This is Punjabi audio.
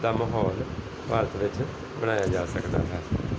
ਦਾ ਮਾਹੌਲ ਭਾਰਤ ਵਿੱਚ ਬਣਾਇਆ ਜਾ ਸਕਦਾ ਹੈ